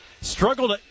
Struggled